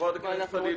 חברת הכנסת נורית קורן.